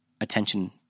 attention